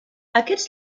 aquests